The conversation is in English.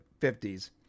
50s